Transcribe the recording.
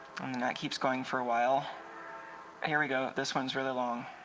that keeps going for a while here we go this one's really long